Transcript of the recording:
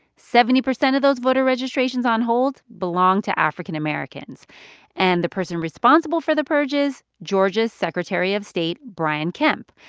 seventy percent of those voter registrations on hold belong to african-americans. and the person responsible for the purges? georgia's secretary of state, brian kemp,